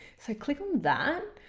so click on that,